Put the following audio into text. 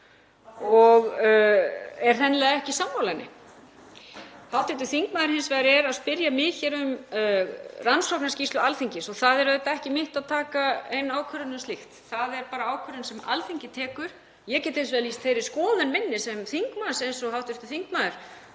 og er hreinlega ekki sammála henni. Hv. þingmaður er hins vegar að spyrja mig hér um rannsóknarskýrslu Alþingis og það er auðvitað ekki mitt að taka ein ákvörðun um slíkt. Það er bara ákvörðun sem Alþingi tekur. Ég get hins vegar lýst þeirri skoðun minni sem þingmaður, eins og hv. þingmaður,